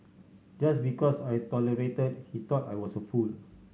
just because I tolerated he thought I was a fool